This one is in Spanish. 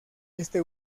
este